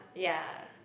ya